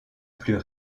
plus